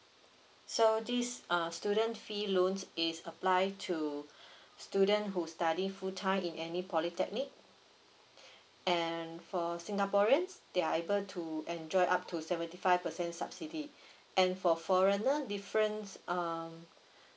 so this uh student fee loans is apply to student who study full time in any polytechnic and for singaporeans they are able to enjoy up to seventy five percent subsidy and for foreigner difference um